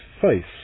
face